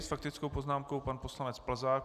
S faktickou poznámkou pan poslanec Plzák.